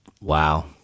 Wow